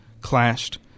clashed